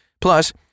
Plus